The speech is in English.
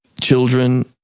children